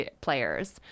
players